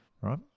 right